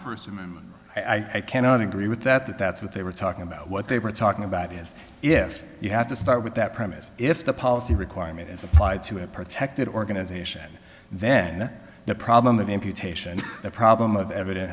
first amendment i cannot agree with that that that's what they were talking about what they were talking about is if you have to start with that premise if the policy requirement is applied to a protected organization then the problem of amputation the problem of eviden